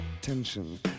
tension